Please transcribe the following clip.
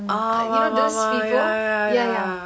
ah !wah! !wah! !wah! ya ya ya ya